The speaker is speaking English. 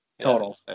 total